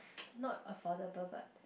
not affordable but